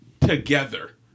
together